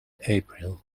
april